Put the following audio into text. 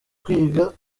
kwiga